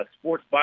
Sports